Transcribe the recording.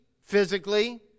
physically